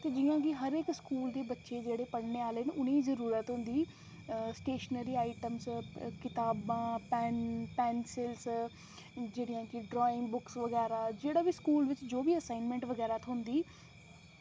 ते जि'यां कि हर इक्क स्कल दे जियां बच्चे पढ़ने आह्ले न उनें ई जरूरत होंदी स्टेशनरी आईइटम्स कताबां पैन पैंसिल जेह्ड़ा कि ड्राइंग बुक्स जेह्ड़ा बी जो बी असाईनमैंट बगैरा थ्होंदी